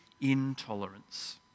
intolerance